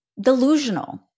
delusional